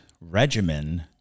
regimen